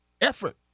effort